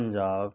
Punjab